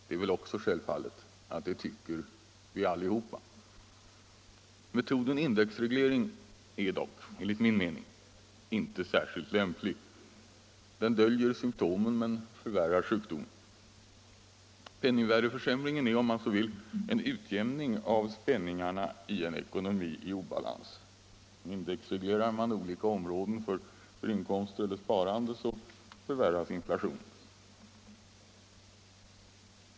Det är självfallet att vi alla tycker det. Metoden indexreglering är dock enligt min mening inte särskilt lämplig. Den döljer symtomen men förvärrar sjukdomen. Penningvärdeförsämringen är, om man så vill, en utjämning av spänningarna i en ekonomi i obalans. Indexreglerar man olika områden av inkomster eller sparande förvärras inflationen.